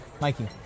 Mikey